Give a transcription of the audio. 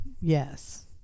Yes